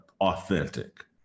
authentic